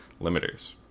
limiters